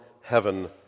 heaven